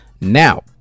Now